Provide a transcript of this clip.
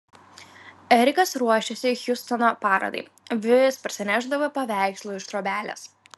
erikas ruošėsi hjustono parodai vis parsinešdavo paveikslų iš trobelės